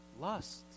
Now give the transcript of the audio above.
lust